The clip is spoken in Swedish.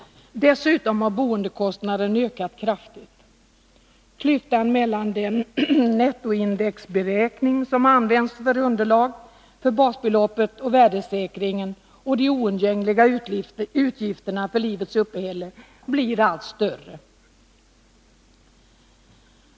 Dessutom har boendekostnaden ökat kraftigt. Klyftan mellan den nettoindexberäkning som används som underlag för basbeloppet och värdesäkringen och de oundgängliga utgifterna för livets uppehälle blir allt större.